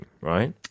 right